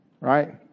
right